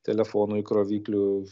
telefonų įkroviklių